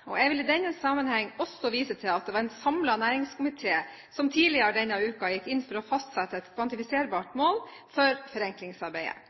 temaet. Jeg vil i denne sammenheng også vise til at det var en samlet næringskomité som tidligere denne uken gikk inn for å fastsette et kvantifiserbart mål for forenklingsarbeidet.